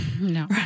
No